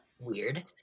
weird